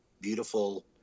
beautiful